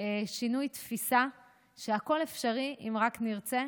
שינוי תפיסה שהכול אפשרי אם רק נרצה,